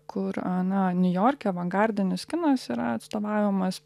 kur na niujorke avangardinis kinas yra atstovaujamas